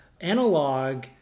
analog